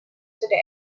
today